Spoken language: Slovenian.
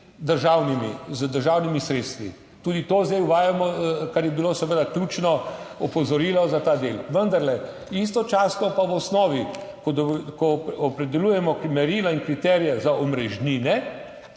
državnimi sredstvi. Tudi to zdaj uvajamo, kar je bilo seveda ključno opozorilo za ta del. Vendarle istočasno pa v osnovi, ko opredeljujemo merila in kriterije za omrežnine,